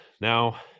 now